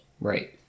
Right